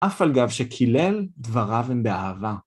אף על גב שקילל, דבריו הם באהבה.